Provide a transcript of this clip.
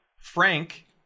Frank